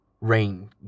Rain